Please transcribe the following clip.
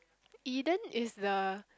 eden is the